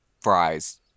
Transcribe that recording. fries